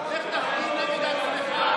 לך תפגין נגד עצמך.